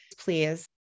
please